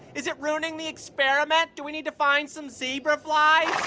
is it ruining the experiment? do we need to find some zebra flies?